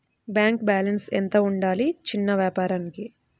Bank balance ఎంత ఉండాలి చిన్న వ్యాపారానికి?